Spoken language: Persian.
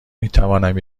میتوانم